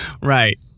Right